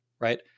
right